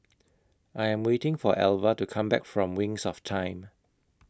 I Am waiting For Elva to Come Back from Wings of Time